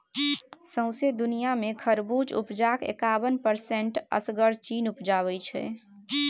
सौंसे दुनियाँ मे खरबुज उपजाक एकाबन परसेंट असगर चीन उपजाबै छै